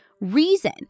reason